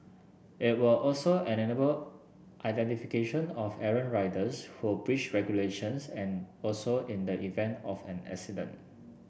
it will also enable identification of errant riders who breach regulations and also in the event of an accident